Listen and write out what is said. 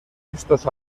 estos